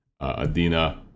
Adina